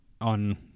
on